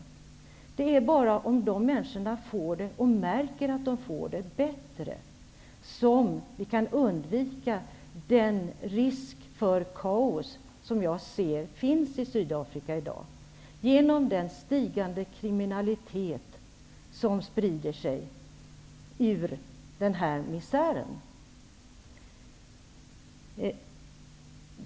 Det är bara om dessa människor får det bättre och märker detta som vi kan undvika den risk för kaos som jag ser finns i Sydafrika i dag genom den stigande kriminalitet som sprider sig ur misären.